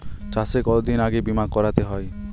চাষে কতদিন আগে বিমা করাতে হয়?